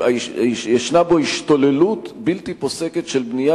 שיש בו השתוללות בלתי פוסקת של בנייה